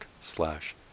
slash